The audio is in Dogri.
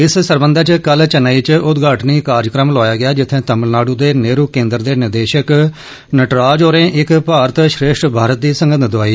इस सरबंधै च कल चेन्नई च उदधाटनी कार्जक्रम लोआया गेआ जित्थें तमिलनाडू दे नेहरु केन्द्र दे निदेशक नटराज होरें एक भारत श्रेष्ठ भारत दी सगंध दोआई